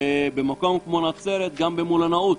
ובמקום כמו נצרת גם מלונאות,